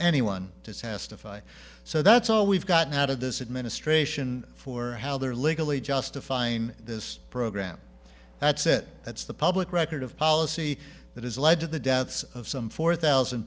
fight so that's all we've gotten out of this administration for how they're legally justifying this program that's it that's the public record of policy that has led to the deaths of some four thousand